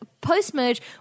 post-Merge